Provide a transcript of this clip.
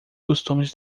costumes